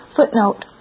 Footnote